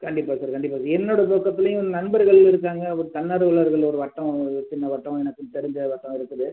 கண்டிப்பாக சார் கண்டிப்பாக சார் என்னோட நோக்கத்துலேயும் நண்பர்கள் இருக்காங்க ஒரு தன்னார்வலர்கள் ஒரு வட்டம் ஒரு சின்ன வட்டம் எனக்கு தெரிஞ்ச வட்டம் இருக்குது